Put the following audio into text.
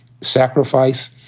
sacrifice